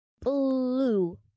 blue